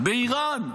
באיראן.